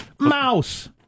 Mouse